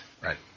Right